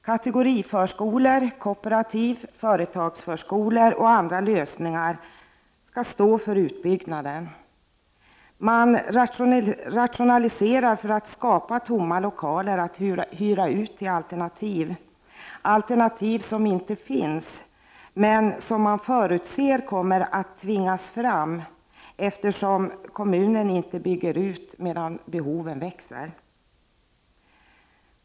Kategoriförskolor, kooperativ, företagsförskolor och andra lösningar skall stå för utbyggnaden. Man rationaliserar för att skapa tomma lokaler att hyra ut till alternativ som ännu inte finns men som man förutser kommer att tvingas fram, eftersom kommunen inte bygger ut medan behovet växer.